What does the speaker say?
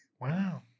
Wow